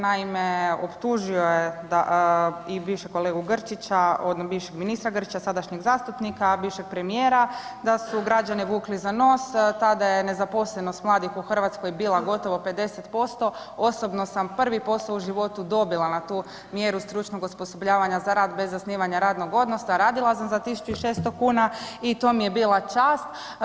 Naime, optužio je i više kolegu Grčića odnosno bivšeg ministra Grčića, sadašnjeg zastupnika, bivšeg premijera da su građane vukli za nos, tada je nezaposlenost mladih u Hrvatskoj bila gotovo 50%, osobno sam prvi posao u životu na tu mjeru stručnog osposobljavanja za rad bez zasnivanja radnog odnosa, radila sam za 1600 kn i to mi je bila čast.